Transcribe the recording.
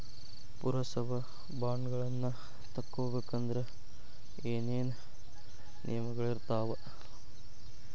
ಪುರಸಭಾ ಬಾಂಡ್ಗಳನ್ನ ತಗೊಬೇಕಂದ್ರ ಏನೇನ ನಿಯಮಗಳಿರ್ತಾವ?